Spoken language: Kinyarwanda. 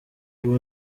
ubu